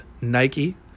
nike